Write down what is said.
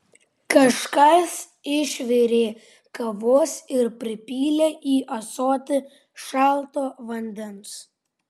kažkas išvirė kavos ir pripylė į ąsotį šalto vandens